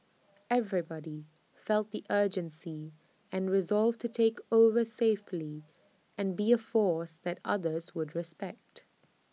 everybody felt the urgency and resolve to take over safely and be A force that others would respect